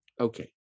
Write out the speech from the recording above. Okay